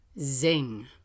zing